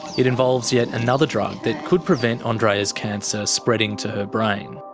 it involves yet another drug that could prevent andreea's cancer spreading to her brain.